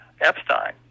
Epstein